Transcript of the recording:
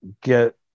get